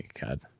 God